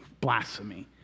blasphemy